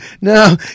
No